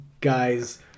guys